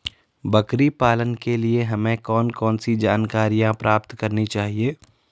बकरी पालन के लिए हमें कौन कौन सी जानकारियां प्राप्त करनी चाहिए?